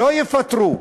לא יפטרו.